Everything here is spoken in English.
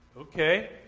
Okay